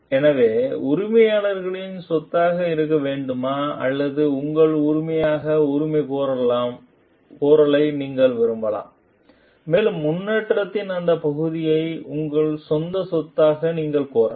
எனவே அது உரிமையாளர்களின் சொத்தாக இருக்க வேண்டுமா அல்லது உங்கள் உரிமையாக உரிமைகோரலை நீங்கள் விரும்பலாம் மேலும் முன்னேற்றத்தின் அந்த பகுதியை உங்கள் சொந்த சொத்தாக நீங்கள் கோரலாம்